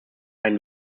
einen